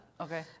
okay